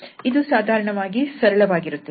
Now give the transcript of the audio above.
ಇದು ಸಾಧಾರಣವಾಗಿ ಸರಳವಾಗಿರುತ್ತದೆ